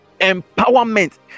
empowerment